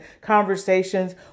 conversations